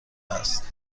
است